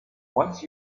once